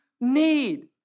need